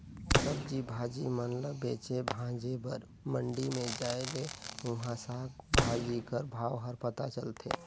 सब्जी भाजी मन ल बेचे भांजे बर मंडी में जाए ले उहां साग भाजी कर भाव हर पता चलथे